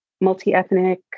multi-ethnic